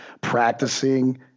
practicing